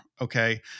okay